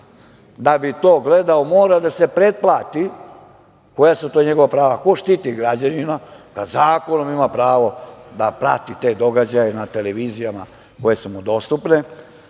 da bi to gledao, mora da se pretplati. Koja su to njegova prava? Ko štiti građanina? Kad zakonom ima pravo da prati te događaje na televizijama koje su mu dostupne,